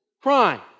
crime